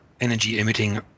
energy-emitting